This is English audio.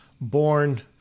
born